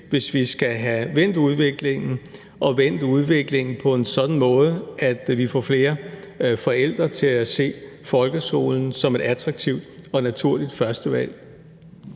hvis vi skal have vendt udviklingen og vendt udviklingen på en sådan måde, at vi får flere forældre til at se folkeskolen som et attraktivt og naturligt førstevalg.